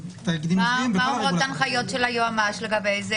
מה אומרות ההנחיות של היועמ"ש בנוגע לזה,